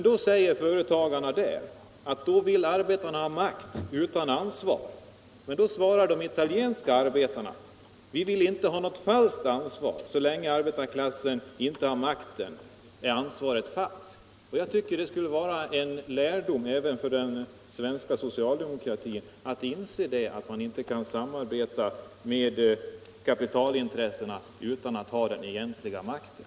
Då säger företagarna där att arbetarna vill ha makt utan ansvar. Men de italienska arbetarna svarar: Vi vill inte ha något falskt ansvar. Så länge arbetarklassen inte har makten är ansvaret falskt. Jag tycker det skulle vara en lärdom även för den svenska socialdemokratin — att inse att man inte kan samarbeta med kapitalintressena utan att ha den egentliga makten.